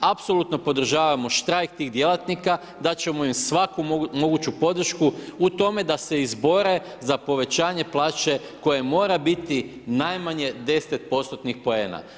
Apsolutno podržavamo štrajk tih djelatnika, dati ćemo im svaku moguću podršku u tome da se izbore za povećanje plaće koje mora biti najmanje 10%-tnih poena.